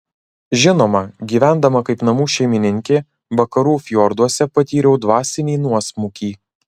žinoma gyvendama kaip namų šeimininkė vakarų fjorduose patyriau dvasinį nuosmukį